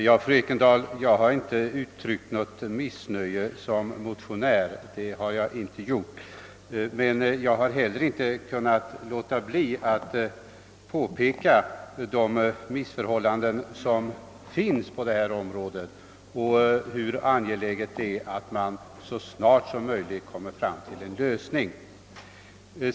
Herr talman! Jag har inte uttryckt något missnöje i egenskap av motionär, fru Ekendahl, men jag har inte heller kunnat underlåta att påpeka de missförhållanden som förekommer på detta område och hur angeläget det är att man så snart som möjligt åstadkommer en lösning.